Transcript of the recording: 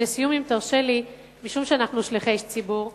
ולסיום, אם תרשה לי, משום שאנחנו שליחי ציבור,